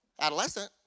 adolescent